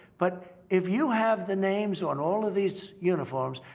but if you have the names on all of these uniforms,